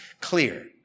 clear